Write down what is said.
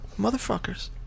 motherfuckers